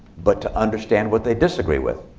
but to understand what they disagree with.